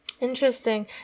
Interesting